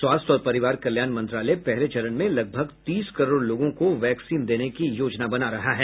स्वास्थ्य और परिवार कल्याण मंत्रालय पहले चरण में लगभग तीस करोड़ लोगों को वैक्सीन देने की योजना बना रहा है